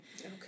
Okay